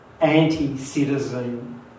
anti-citizen